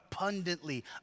abundantly